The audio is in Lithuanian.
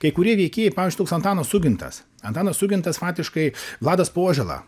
kai kurie veikėjai pavyzdžiui toks antanas sugintas antanas sugintas fatiškai vladas požela